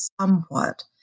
somewhat